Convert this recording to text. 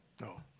no